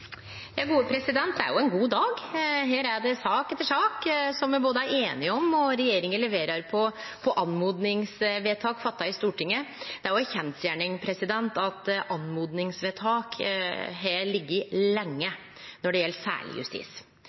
det sak etter sak som me er einige om, og regjeringa leverer på oppmodingsvedtak som er fatta i Stortinget. Det er ei kjensgjerning at oppmodingsvedtak har lege lenge, særleg når det gjeld justis.